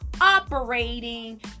operating